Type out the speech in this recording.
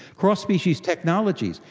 cross species technologies,